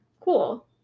cool